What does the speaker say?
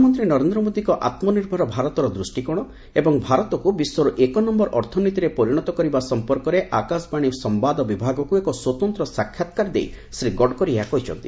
ପ୍ରଧାନମନ୍ତ୍ରୀ ନରେନ୍ଦ୍ର ମୋଦୀଙ୍କ ଆତ୍ମନିର୍ଭର ଭାରତର ଦୃଷ୍ଟିକୋଣ ଏବଂ ଭାରତକୁ ବିଶ୍ୱର ଏକନ୍ୟର ଅର୍ଥନୀତିରେ ପରିଣତ କରିବା ସମ୍ପର୍କରେ ଆକାଶବାଣୀ ସମ୍ଘାଦ ବିଭାଗକୁ ଏକ ସ୍ୱତନ୍ତ୍ର ସାକ୍ଷାତକାର ଦେଇ ଶ୍ରୀ ଗଡ଼କରୀ ଏହା କହିଛନ୍ତି